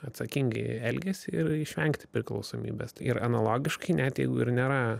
atsakingai elgesį ir išvengti priklausomybės ir analogiškai net jeigu ir nėra